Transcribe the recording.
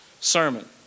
sermon